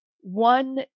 One